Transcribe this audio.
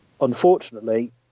Unfortunately